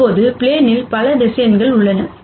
இப்போது ப்ளேனில் பல வெக்டார் உள்ளன